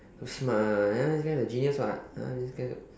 so smart ah ya this guy a genius [what] ah this guy is a